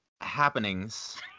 happenings